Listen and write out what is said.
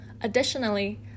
Additionally